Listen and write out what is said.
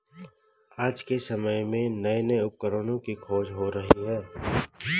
आज के समय में नये नये उपकरणों की खोज हो रही है